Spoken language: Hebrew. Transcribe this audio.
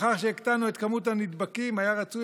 לאחר שהקטנו את כמות הנדבקים היה רצוי